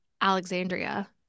Alexandria